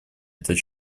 этот